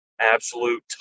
absolute